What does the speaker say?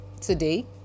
today